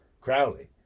Crowley